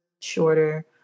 shorter